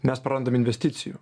mes prarandam investicijų